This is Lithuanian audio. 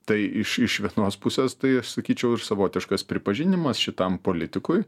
tai iš iš vienos pusės tai aš sakyčiau savotiškas pripažinimas šitam politikui